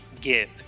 give